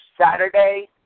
Saturday